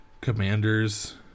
Commanders